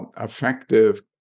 effective